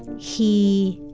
he